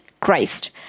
Christ